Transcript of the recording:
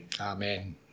Amen